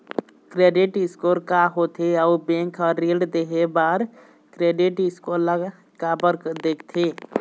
Credit score का होथे अउ बैंक हर ऋण देहे बार क्रेडिट स्कोर ला काबर देखते?